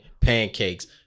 pancakes